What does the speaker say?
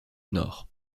nord